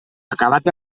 acabat